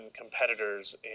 competitors